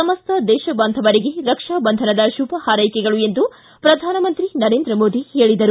ಸಮಸ್ತ ದೇಶಬಾಂಧವರಿಗೆ ರಕ್ಷಾ ಬಂಧನದ ಶುಭಹಾರ್ಯೆಕೆಗಳು ಎಂದು ಪ್ರಧಾನಮಂತ್ರಿ ನರೇಂದ್ರ ಮೋದಿ ಹೇಳಿದರು